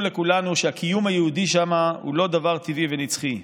לכולנו שהקיום היהודי שם הוא לא דבר טבעי ונצחי.